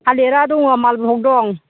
थालेरा दङ मालभग दं